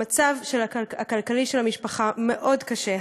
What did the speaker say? המצב הכלכלי של המשפחה מאוד קשה,